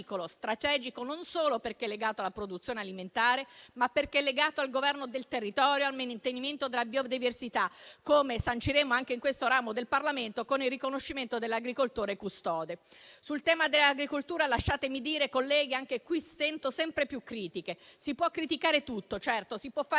non solo perché legato alla produzione alimentare, ma perché legato al Governo del territorio e al mantenimento della biodiversità, come sanciremo anche in questo ramo del Parlamento con il riconoscimento dell'agricoltore come custode dell'ambiente e del territorio. Sul tema dell'agricoltura, lasciatemi dire, colleghi, che anche qui sento sempre più critiche. Si può criticare tutto, certo; si può fare di